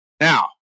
Now